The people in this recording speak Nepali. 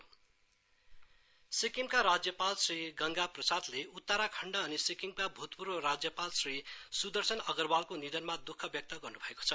गभर्नर कण्डोलेन्स सिक्किमका राज्यपाल श्री गंगा प्रसादले उत्तराखण्ड अनि सिक्किम भूतपूर्व राज्यपाल श्री सुदर्शन अगरवालको निधनमा दुख व्यक्त गर्नु भएको छ